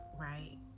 right